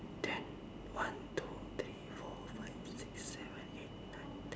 ten one two three four five six seven eight nine ten